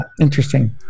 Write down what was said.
Interesting